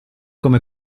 come